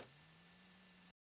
Hvala